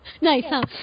Nice